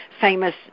famous